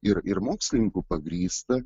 ir ir mokslininkų pagrįsta